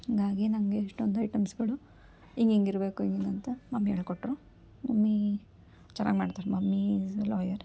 ಹಾಗಾಗೆ ನಂಗೆ ಎಷ್ಟೊಂದು ಐಟಮ್ಸ್ಗಳು ಹಿಂಗಿಂಗ್ ಇರಬೇಕು ಹಿಂಗಿಂಗ್ ಅಂತ ಮಮ್ಮಿ ಹೇಳ್ ಕೊಟ್ಟರು ಮಮ್ಮೀ ಚೆನ್ನಾಗಿ ಮಾಡ್ತರೆ ಮಮ್ಮೀ ಇಸ್ ಲಾಯರ್